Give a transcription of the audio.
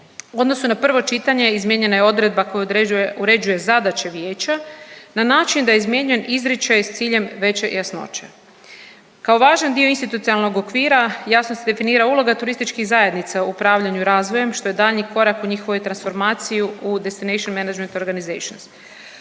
odnosu na prvo čitanje, izmijenjena je odredba koja uređuje zadaće vijeća na način da je izmijenjen izričaj s ciljem veće jasnoće. Kao važan dio institucionalnog okvira jasno se definira uloga turističkih zajednica u upravljanju razvojem, što je daljnji korak u njihovu transformaciju u destination management organizations.